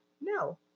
No